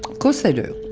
course they do.